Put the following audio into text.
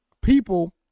people